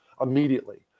immediately